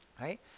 right